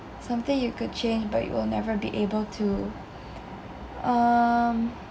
something you could change but you will never be able to um